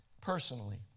personally